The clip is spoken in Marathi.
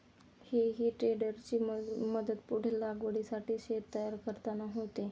हेई टेडरची मदत पुढील लागवडीसाठी शेत तयार करताना होते